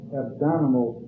abdominal